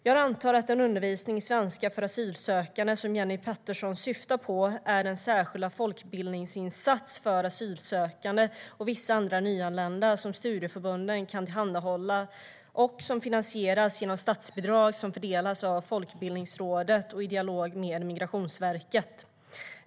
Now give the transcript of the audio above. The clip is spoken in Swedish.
Jag antar att den undervisning i svenska för asylsökande som Jenny Petersson syftar på är den särskilda folkbildningsinsats för asylsökande och vissa andra nyanlända som studieförbunden kan tillhandahålla och som finansieras genom statsbidrag som fördelas av Folkbildningsrådet i dialog med Migrationsverket.